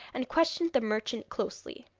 and questioned the merchant closely.